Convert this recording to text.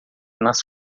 nas